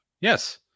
Yes